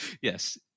Yes